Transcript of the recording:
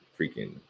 freaking